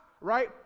right